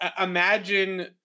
imagine